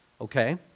Okay